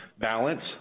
balance